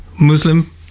Muslim